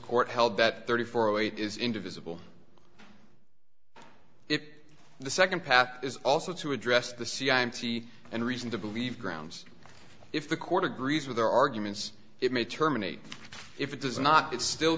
court held that thirty four zero eight is indivisible it the second path is also to address the c i'm t and reason to believe grounds if the court agrees with their arguments it may terminate if it does not it still